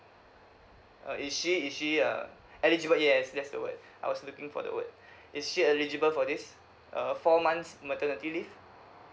err is she is she uh eligible yes that's the word I was looking for the word is she eligible for this uh four months maternity leave